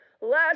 Last